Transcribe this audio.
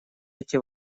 эти